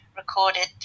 recorded